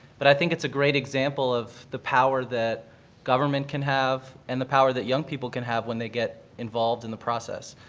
but i think it's a great example of the power that government can have and the power that young people can have when they get involved in the process.